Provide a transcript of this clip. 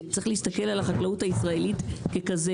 וצריך להסתכל על החקלאות הישראלית ככזה